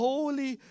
Holy